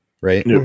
right